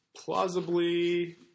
plausibly